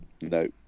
No